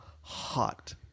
Hot